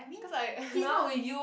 cause I now